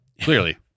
clearly